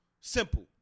Simple